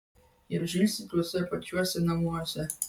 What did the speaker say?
ir žilsi tuose pačiuose namuose